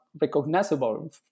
recognizable